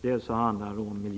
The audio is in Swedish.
Det handlar om miljöflyktingar